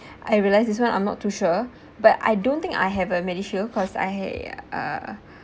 I realise this one I'm not too sure but I don't think I have a MediShield because I uh